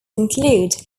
include